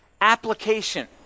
application